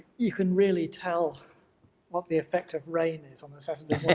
you can really tell what the effect of rain is on a saturday